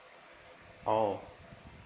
oh